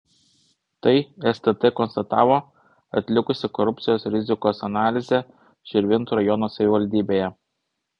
tai stt konstatavo atlikusi korupcijos rizikos analizę širvintų rajono savivaldybėje